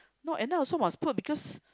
no at night also must put because